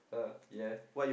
uh ya